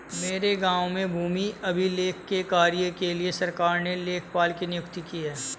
मेरे गांव में भूमि अभिलेख के कार्य के लिए सरकार ने लेखपाल की नियुक्ति की है